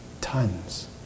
Tons